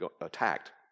attacked